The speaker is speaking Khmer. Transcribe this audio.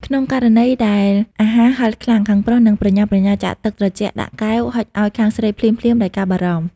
ក្នុងករណីដែលអាហារហឹរខ្លាំង ខាងប្រុសនឹងប្រញាប់ប្រញាល់ចាក់ទឹកត្រជាក់ដាក់កែវហុចឱ្យខាងស្រីភ្លាមៗដោយការបារម្ភ។